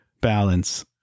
balance